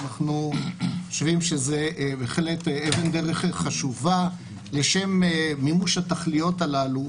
אנחנו חושבים שזאת בהחלט אבן דרך חשובה לשם מימוש התכליות הללו,